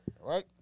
right